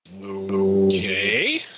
Okay